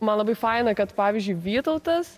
man labai faina kad pavyzdžiui vytautas